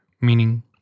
meaning